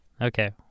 Okay